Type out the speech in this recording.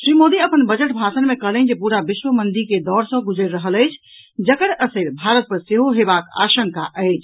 श्री मोदी अपन बजट भाषण मे कहलनि जे पूरा विश्व मंदी के दौर सॅ गुजरि रहल अछि जकर असरि भारत पर सेहो हेबाक आशंका अछि